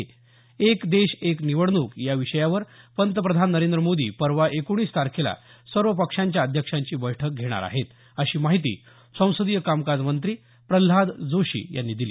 एक देश एक निवडणूक या विषयावर पंतप्रधान नरेंद्र मोदी परवा एकोणीस तारखेला सर्व पक्षांच्या अध्यक्षांची बैठक घेणार आहेत अशी माहिती संसदीय कामकाज मंत्री प्रल्हाद जोशी यांनी दिली